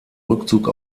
rückzug